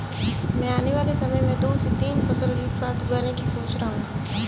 मैं आने वाले समय में दो से तीन फसल एक साथ उगाने की सोच रहा हूं